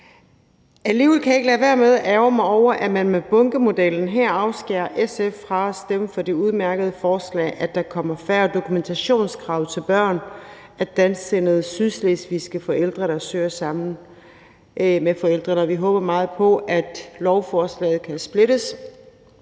Alligevel kan jeg ikke lade være med at ærgre mig over, at man med bunkemodellen her afskærer SF fra at stemme for det udmærkede forslag om, at der skal være færre dokumentationskrav til børn af dansksindede sydslesvigske forældre, der søger om dansk statsborgerskab sammen med forældrene. Vi håber meget på, at lovforslaget kan splittes